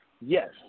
Yes